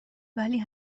ولی